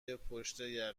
یقه